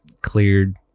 cleared